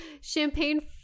Champagne